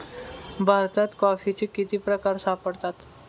भारतात कॉफीचे किती प्रकार सापडतात?